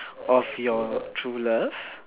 of your true love